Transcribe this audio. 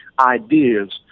ideas